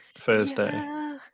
Thursday